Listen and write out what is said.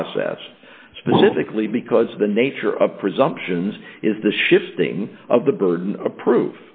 process specifically because of the nature of presumptions is the shifting of the burden of proof